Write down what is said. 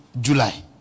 july